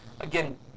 again